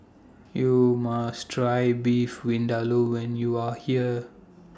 YOU must Try Beef Vindaloo when YOU Are here